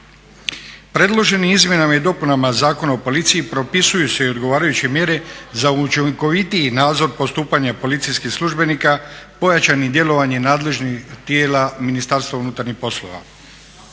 Predloženim izmjenama i dopunama Zakona o policiji propisuju se i odgovarajuće mjere za učinkovitiji nadzor postupanja policijskih službenika pojačanim djelovanjem nadležnih tijela Ministarstva unutarnjih poslova.